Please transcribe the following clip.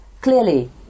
Clearly